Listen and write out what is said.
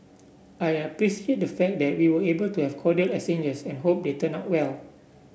I appreciate the fact that we were able to have cordial exchanges and hope they turn out well